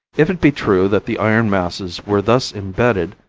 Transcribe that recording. if it be true that the iron masses were thus imbedded,